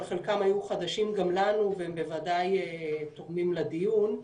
אבל חלקם היו חדשים גם לנו והם בוודאי תורמים לדיון.